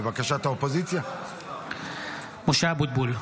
(קורא בשמות חברי הכנסת) משה אבוטבול,